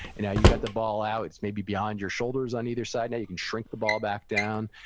and now, you've got the ball out, it's maybe beyond your shoulders on either side. now, you can shrink the ball back down.